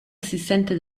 assistente